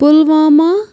Pulwama